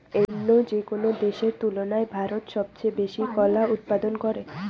অইন্য যেকোনো দেশের তুলনায় ভারত সবচেয়ে বেশি কলা উৎপাদন করে